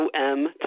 OM